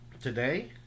Today